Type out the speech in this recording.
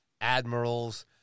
admirals